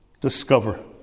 discover